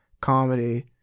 comedy